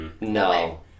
No